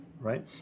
right